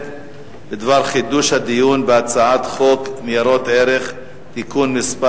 בדבר חידוש הדיון בהצעת חוק ניירות ערך (תיקון מס'